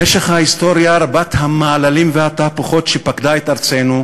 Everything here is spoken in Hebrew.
במשך ההיסטוריה רבת המעללים והתהפוכות שפקדה את ארצנו,